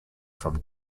from